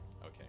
Okay